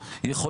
היא הצעה נכונה,